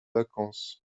vacances